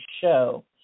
show